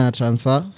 transfer